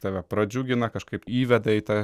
tave pradžiugina kažkaip įveda į tą